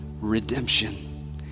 Redemption